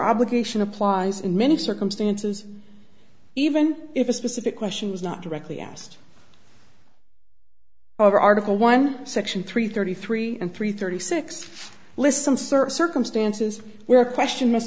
obligation applies in many circumstances even if a specific question was not directly asked over article one section three thirty three and three thirty six lists some certain circumstances where a question